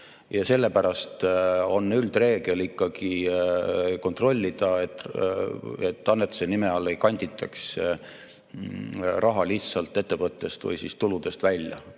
Ja sellepärast on üldreegel ikkagi kontrollida, et annetuse nime all ei kanditaks raha lihtsalt ettevõttest või tuludest välja.